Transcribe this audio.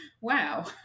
Wow